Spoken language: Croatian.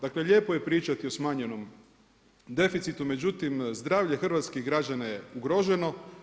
Dakle, lijepo je pričati o smanjenom deficitu, međutim zdravlje hrvatskih građana je ugroženo.